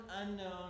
unknown